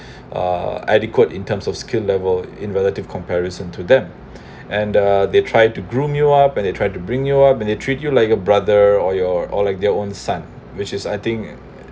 uh adequate in terms of skill level in relative comparison to them and uh they tried to groom you up when they try to bring you up when they treat you like a brother or your or like their own son which is I think